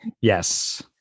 yes